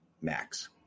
max